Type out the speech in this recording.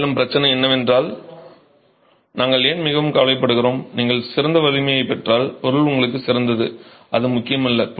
மேலும் பிரச்சனை என்னவென்றால் நாங்கள் ஏன் மிகவும் கவலைப்படுகிறோம் நீங்கள் சிறந்த வலிமையைப் பெற்றால் பொருள் உங்களுக்கு சிறந்தது அது முக்கியமல்ல